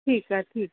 ठीकु आहे ठीकु